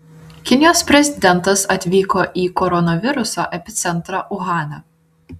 kinijos prezidentas atvyko į koronaviruso epicentrą uhaną